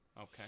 Okay